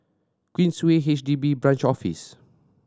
Queensway H D B Branch Office